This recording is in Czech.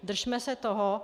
Držme se toho.